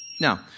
Now